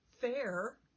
fair